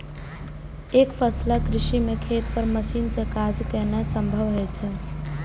एकफसला कृषि मे खेत पर मशीन सं काज केनाय संभव होइ छै